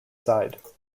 side